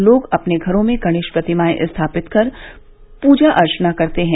लोग अपने घरो में गणेश प्रतिमाए स्थापित कर के पूजा अर्चना करते हैं